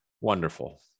Wonderful